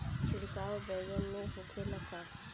छिड़काव बैगन में होखे ला का?